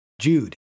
Jude